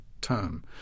term